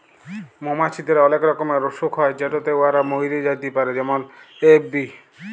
মমাছিদের অলেক রকমের অসুখ হ্যয় যেটতে উয়ারা ম্যইরে যাতে পারে যেমল এ.এফ.বি